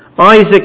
Isaac